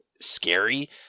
scary